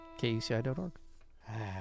KUCI.org